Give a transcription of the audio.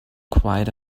quite